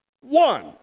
One